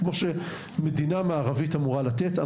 כמו שמדינה מערבית אמורה לתת.